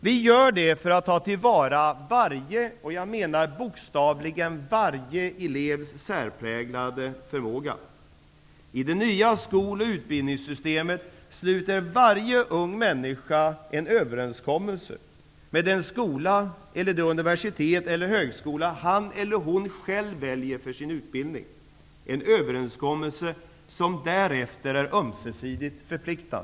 Vi gör det för att ta till vara varje -- jag menar bokstavligen varje -- elevs särpräglade förmåga. I det nya skol och utbildningssystemet sluter varje ung människa en överenskommelse med den skola, det universitet eller den högskola han eller hon själv väljer för sin utbildning; en överenskommelse som därefter är ömsisidigt förpliktande.